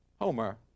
Homer